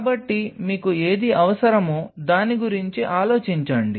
కాబట్టి మీకు ఏది అవసరమో దాని గురించి ఆలోచించండి